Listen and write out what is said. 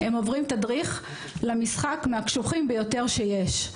הם עוברים תדריך למשחק מהקשוחים ביותר שיש.